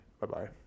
Bye-bye